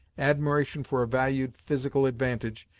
admiration for a valued physical advantage,